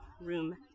room